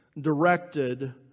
directed